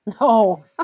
No